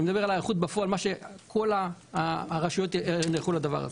אני מדבר על ההיערכות בפועל ועל כך שכל הרשויות נערכו לקראת זה.